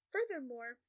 Furthermore